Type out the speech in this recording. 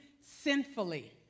sinfully